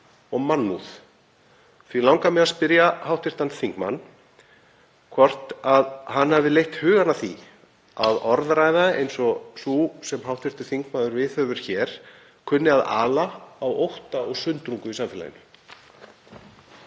og mannúð. Mig langar því að spyrja hv. þingmann hvort hann hafi leitt hugann að því að orðræða eins og sú sem hann viðhefur hér kunni að ala á ótta og sundrung í samfélaginu.